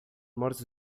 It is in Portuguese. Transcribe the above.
mortos